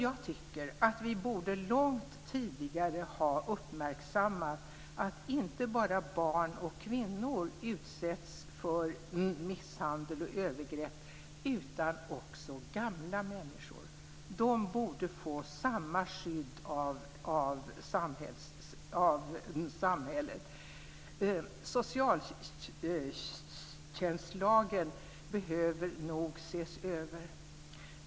Jag tycker att vi långt tidigare borde ha uppmärksammat att inte bara barn och kvinnor utsätts för misshandel och övergrepp, utan också gamla människor. De borde få samma skydd av samhället. Socialtjänstlagen behöver nog ses över.